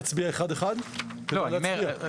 תלמדי --- דווקא נהפוך הוא,